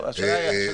יש לי